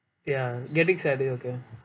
ya getting sadder okay